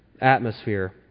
atmosphere